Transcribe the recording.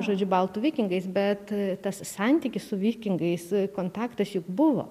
žodžiu baltų vikingais bet tas santykis su vikingais kontaktas juk buvo